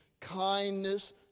kindness